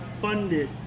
funded